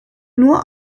nur